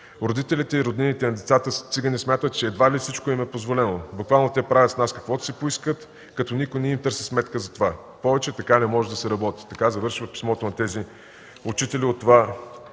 Родителите и роднините на децата цигани смятат, че едва ли не всичко им е позволено. Буквално те правят с нас каквото си поискат, като никой не им търси сметка за това. Повече така не може да се работи!” Така завършва писмото на тези учители от това